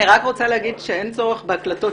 אני רק רוצה לומר שאין צורך בהקלטות